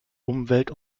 umwelt